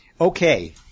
Okay